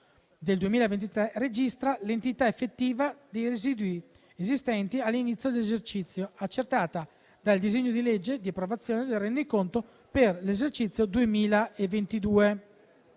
il 2023 registra l'entità effettiva dei residui esistenti all'inizio dell'esercizio, accertata nel disegno di legge di approvazione del rendiconto per l'esercizio 2022.